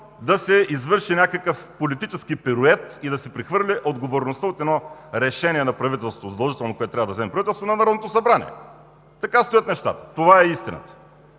да се извърши някакъв политически пирует и да се прехвърли отговорността от едно решение на правителството – задължително, което трябва да вземе правителството, на Народното събрание. Така стоят нещата – това е истината.